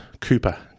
Cooper